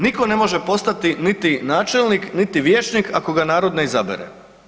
Niko ne može postati niti načelnik, niti vijećnik ako ga narod ne izabere.